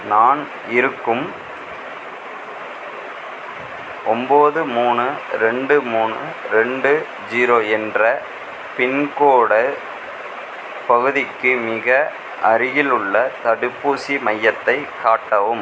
நான் இருக்கும் ஒன்போது மூணு ரெண்டு மூணு ரெண்டு ஜீரோ என்ற பின்கோடு பகுதிக்கு மிக அருகிலுள்ள தடுப்பூசி மையத்தை காட்டவும்